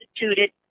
instituted